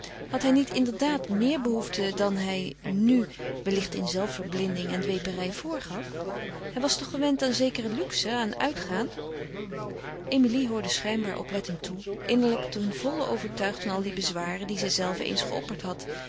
had hij niet inderdaad meer behoeften dan hij nu wellicht in zelfverblinding en dweperij voorgaf hij was toch gewend aan zekere luxe aan uitgaan emilie hoorde schijnbaar oplettend toe innerlijk ten volle overtuigd van al die bezwaren die zijzelve eens geopperd had